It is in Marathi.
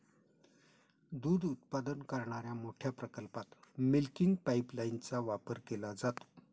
दूध उत्पादन करणाऱ्या मोठ्या प्रकल्पात मिल्किंग पाइपलाइनचा वापर केला जातो